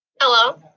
Hello